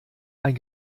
ein